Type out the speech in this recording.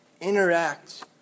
interact